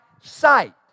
sight